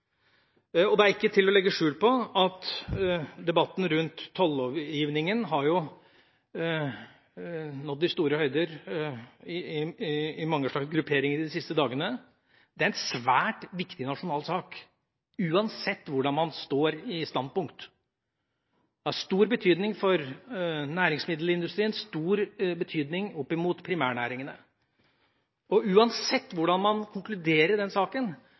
Det er ikke til å legge skjul på at debatten rundt tollovgivningen har nådd de store høyder i mange slags grupperinger de siste dagene. Det er en svært viktig nasjonal sak, uansett hvordan man står i standpunkt. Det har stor betydning for næringsmiddelindustrien og stor betydning for primærnæringene. Uansett hvordan man konkluderer i den saken,